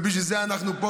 ובשביל זה אנחנו פה,